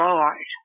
Lord